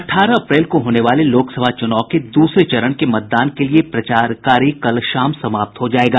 अठारह अप्रैल को होने वाले लोकसभा चुनाव के दूसरे चरण के मतदान के लिए प्रचार कार्य कल शाम समाप्त हो जायेगा